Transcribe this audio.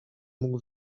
mógł